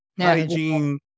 hygiene